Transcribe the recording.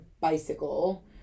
bicycle